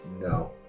No